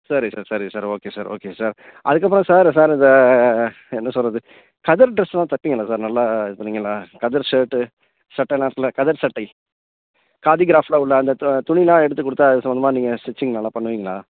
சரி சார் சரி sir okay sir okay sir அதுக்கப்புறம் சார் சார் இந்த என்ன சொல்வது கதர் ட்ரெஸ்லாம் தைப்பீங்களா சார் நல்லா இது பண்ணிங்களா கதர் ஷர்ட்டு சட்டையெல்லாம் இருக்குதுல்ல கதர் சட்டை காதி க்ராஃப்டில் உள்ள அந்த தொ துணியெல்லாம் எடுத்துக் கொடுத்தா அது சம்மந்தமாக நீங்கள் ஸ்டிச்சிங் நல்லா பண்ணுவீங்களா